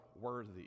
worthy